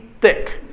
thick